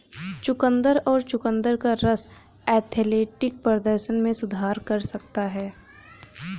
चुकंदर और चुकंदर का रस एथलेटिक प्रदर्शन में सुधार कर सकता है